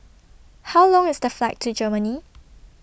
How Long IS The Flight to Germany